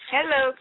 Hello